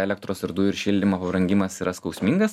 elektros ir dujų ir šildymo pabrangimas yra skausmingas